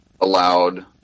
allowed